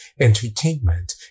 entertainment